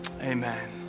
Amen